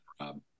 Rob